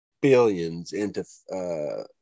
billions—into